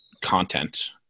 content